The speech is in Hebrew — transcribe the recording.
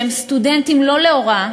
והם סטודנטים לא להוראה,